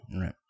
right